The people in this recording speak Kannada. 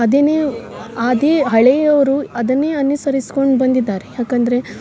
ಅದೆನೇ ಅದೇ ಹಳೆಯೋರು ಅದನ್ನೇ ಅನಿಸರಿಸ್ಕೊಂಡು ಬಂದಿದ್ದಾರೆ ಯಾಕಂದರೆ